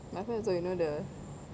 my friend also you know the